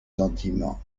sentiments